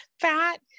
fat